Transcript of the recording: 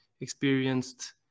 experienced